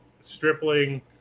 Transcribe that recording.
Stripling